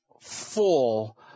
full